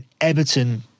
Everton